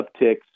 upticks